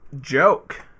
joke